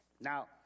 Now